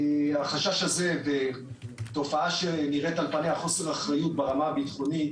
החשש הזה ותופעה שנראית על פניה כחוסר אחריות ברמה הביטחונית,